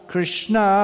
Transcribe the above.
Krishna